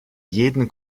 jeden